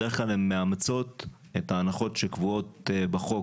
בדרך כלל הן מאמצות את ההנחות שקבועות בחוק